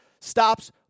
stops